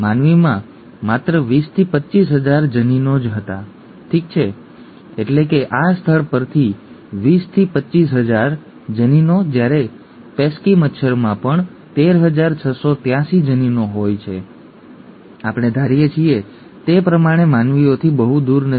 માનવીમાં માત્ર ૨૦થી ૨૫ હજાર જનીનો જ હતા ઠીક છે એટલે કે આ સ્થળ પરથી ૨૦થી ૨૫ હજાર જનીનો જ્યારે પેસ્કી મચ્છરમાં પણ ૧૩૬૮૩ જનીનો હોય છે ઠીક છે આપણે ધારીએ છીએ તે પ્રમાણે માનવીઓથી બહુ દૂર નથી